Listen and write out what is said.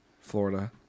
Florida